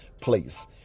Place